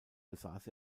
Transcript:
besaß